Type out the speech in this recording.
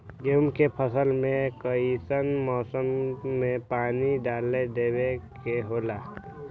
गेहूं के फसल में कइसन मौसम में पानी डालें देबे के होला?